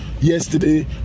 Yesterday